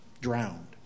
drowned